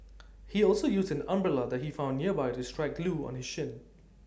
he also used an umbrella he found nearby to strike Loo on his shin